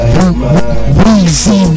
Weezy